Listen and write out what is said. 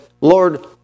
Lord